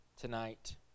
tonight